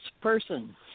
person